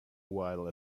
while